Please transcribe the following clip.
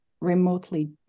remotely